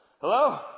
Hello